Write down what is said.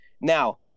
Now